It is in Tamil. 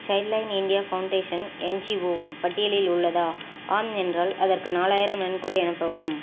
சைல்டுலைன் இந்தியா ஃபவுண்டேஷன் என்ஜிஓ பட்டியலில் உள்ளதா ஆம் என்றால் அதற்கு நாலாயிரம் நன்கொடை அனுப்பவும்